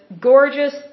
gorgeous